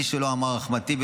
מי שלא אמר "אחמד טיבי",